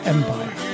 Empire